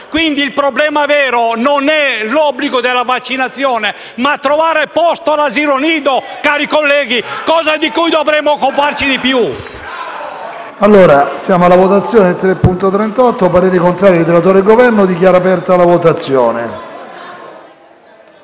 Quindi il problema vero non è l'obbligo della vaccinazione, ma trovare posto all'asilo nido, cari colleghi, cosa di cui dovremmo occuparci di più*.